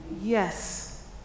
yes